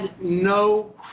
no